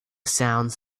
sounds